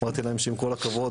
אמרתי להם שעם כל הכבוד,